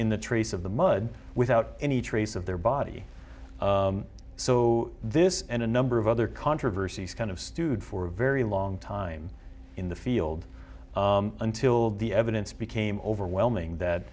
in the trace of the mud without any trace of their body so this and a number of other controversies kind of stewed for a very long time in the field until the evidence became overwhelming that